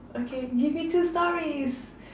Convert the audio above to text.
okay give me two stories